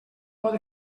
pot